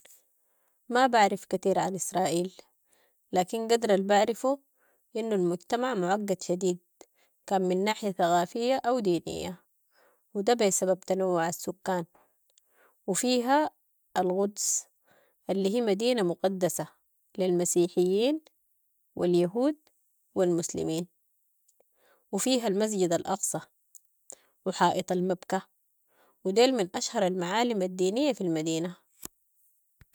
ما بعرف كتير عن إسرائيل، لكن قدر البعرفو انو المجتمع معقد شديد، كان من ناحية ثقافية او دينية و ده بسبب تنوع السكان و فيها القدس اللي هي مدينة مقدسة للمسيحيين و اليهود و المسلمين و فيها المسجد ال اقصى و حائط المبكى و ديل من اشهر المعالم الدينية في المدينة.